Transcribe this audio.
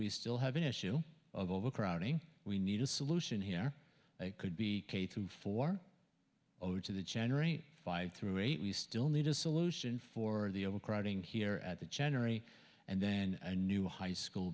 we still have an issue of overcrowding we need a solution here it could be a two for ode to the generate five through eight we still need a solution for the overcrowding here at the generally and then a new high school